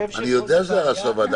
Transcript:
אני יודע שזה הערה של הוועדה.